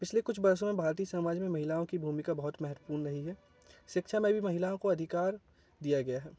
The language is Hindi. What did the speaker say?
पिछले कुछ वर्षों में भारतीय समाज में महिलाओं कि भूमिका बहुत महत्वपूर्ण रही है शिक्षा में भी महिलाओं को अधिकार दिया गया है